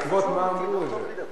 אנחנו נברר בעקבות מה אמרו את זה.